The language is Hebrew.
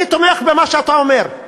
אני תומך במה שאתה אומר.